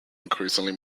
increasingly